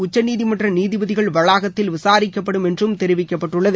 உச்சநீதிமன்ற நீதிபதிகள் வளாகத்தில் விசாரிக்கப்படும் என்று தெரிவிக்கப்பட்டுள்ளது